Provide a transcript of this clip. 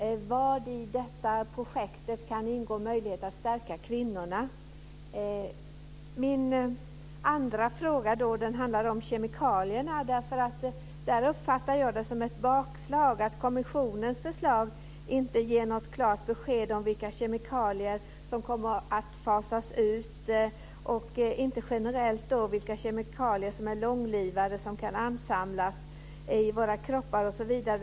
Vad i det här projektet innehåller möjligheter att stärka kvinnorna? Min andra fråga handlar om kemikalierna. Jag uppfattar det som en motgång att kommissionens förslag inte ger något klart besked om vilka kemikalier som kommer att fasas ut och inte generellt anger vilka långlivade kemikalier som kan ansamlas i våra kroppar osv.